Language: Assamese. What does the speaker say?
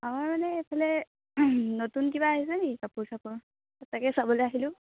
আমাৰ মানে এইফালে নতুন কিবা আহিছে নেকি কাপোৰ চাপোৰ তাকে চাবলৈ আহিলোঁ